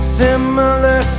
similar